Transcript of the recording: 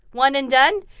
one and done?